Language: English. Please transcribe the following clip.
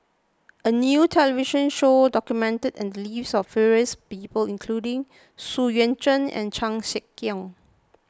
a new television show documented the lives of various people including Xu Yuan Zhen and Chan Sek Keong